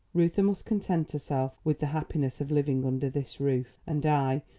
reuther must content herself with the happiness of living under this roof and i,